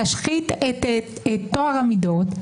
להשחית את טוהר המידות,